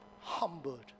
humbled